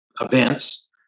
events